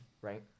right